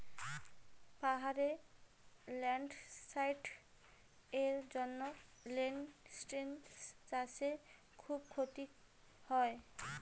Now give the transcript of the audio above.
পাহাড়ে ল্যান্ডস্লাইডস্ এর জন্য লেনটিল্স চাষে খুব ক্ষতি হয়